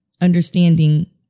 understanding